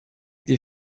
des